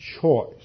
choice